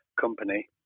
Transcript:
company